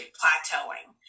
plateauing